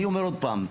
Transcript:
אני אומר עוד פעם,